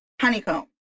Honeycomb